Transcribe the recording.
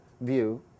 view